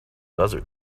desert